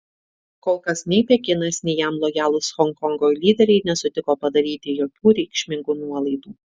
kol kas nei pekinas nei jam lojalūs honkongo lyderiai nesutiko padaryti jokių reikšmingų nuolaidų